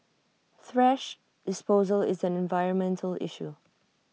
thrash disposal is an environmental issue